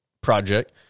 project